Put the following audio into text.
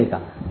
समजतय का